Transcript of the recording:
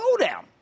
slowdown